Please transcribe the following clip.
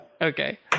Okay